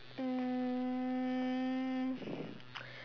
um